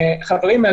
חברים,